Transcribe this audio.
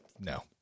no